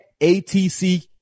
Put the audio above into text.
ATC